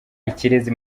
ikirezi